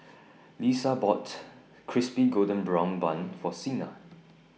Lesa bought Crispy Golden Brown Bun For Sina